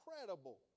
incredible